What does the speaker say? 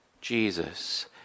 Jesus